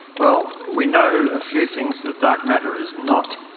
well, we know a few things that dark matter is not.